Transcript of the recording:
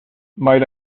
might